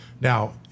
now